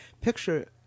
picture